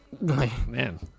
man